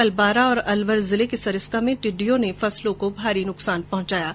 कल बारां और अलवर जिले के सरिस्का में टिड़ियों ने फंसलों को नुकसान पहुंचाया है